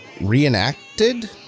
reenacted